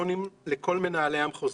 טלפונים לכל מנהלי המחוזות.